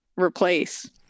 replace